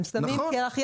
הם שמים קרח.